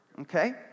Okay